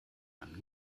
einem